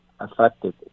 Affected